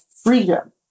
freedom